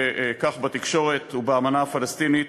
וכך גם בתקשורת ובאמנה הפלסטינית,